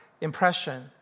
impression